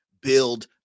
build